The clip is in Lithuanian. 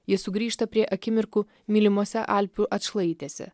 jis sugrįžta prie akimirkų mylimose alpių atšlaitėse